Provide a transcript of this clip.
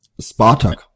Spartak